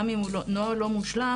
גם אם הוא נוהל לא מושלם,